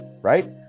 right